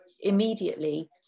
immediately